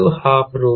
तो q12V2